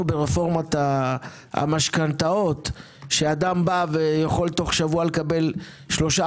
ברפורמת המשכנתאות שאדם יכול תוך שבוע לקבל 3,